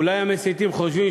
אולי המסיתים חושבים,